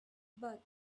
but